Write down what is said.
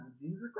Jesus